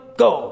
go